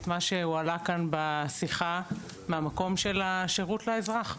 את מה שהועלה כאן בשיחה מהמקום של השירות לאזרח,